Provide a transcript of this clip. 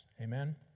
Amen